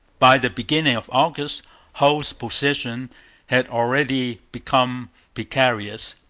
by the beginning of august hull's position had already become precarious.